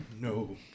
no